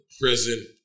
Prison